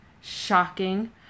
Shocking